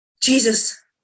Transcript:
Jesus